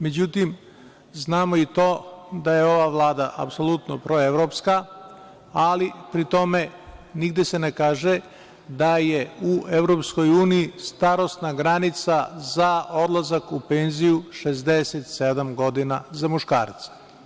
Međutim, znamo i to da je ova Vlada apsolutno proevropska, ali pri tome nigde se ne kaže da je u EU starosna granica za odlazak u penziju 67 godina za muškarce.